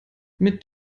mit